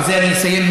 ובזה אני אסיים,